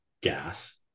gas